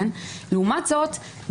לעומת זאת,